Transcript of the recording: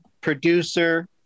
producer